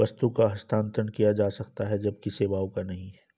वस्तु का हस्तांतरण किया जा सकता है जबकि सेवाओं का नहीं